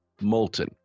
molten